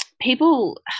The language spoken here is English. people